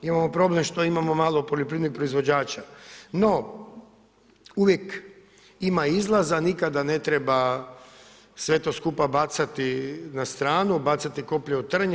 Imamo problem što imamo malo poljoprivrednih proizvođača, no uvijek ima izlaza, nikada ne treba sve to skupa bacati na stranu, bacati koplje o trn.